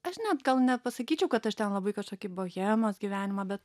aš net gal nepasakyčiau kad aš ten labai kažkokį bohemos gyvenimą bet